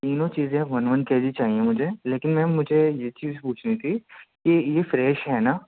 تینوں چیزیں one one kg چاہیے مجھے لیکن میم مجھے یہ چیز پوچھنی تھی کہ یہ فریش ہیں نا